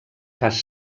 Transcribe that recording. pas